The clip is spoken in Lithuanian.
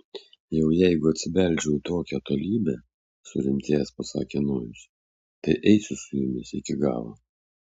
jau jeigu atsibeldžiau tokią tolybę surimtėjęs pasakė nojus tai eisiu su jumis iki galo